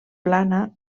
plana